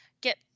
get